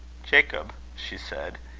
jacob, she said,